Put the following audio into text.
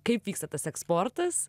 kaip vyksta tas eksportas